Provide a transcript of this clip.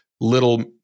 little